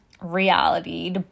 reality